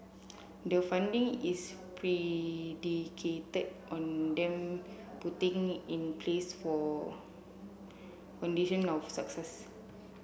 the funding is predicated on them putting in place for condition of success